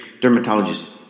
dermatologist